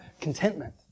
contentment